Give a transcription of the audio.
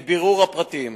1 2. מבירור הפרטים